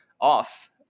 off